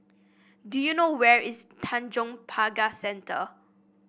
do you know where is Tanjong Pagar Centre